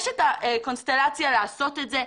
יש את האפשרות לעשות זאת.